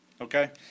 okay